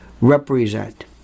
represent